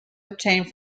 obtained